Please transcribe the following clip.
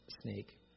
snake